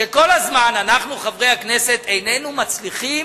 שכל הזמן אנחנו, חברי הכנסת, איננו מצליחים,